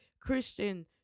Christian